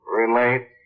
relate